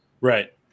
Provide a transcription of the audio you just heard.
Right